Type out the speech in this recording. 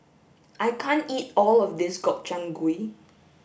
I can't eat all of this Gobchang gui